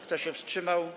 Kto się wstrzymał?